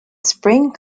spring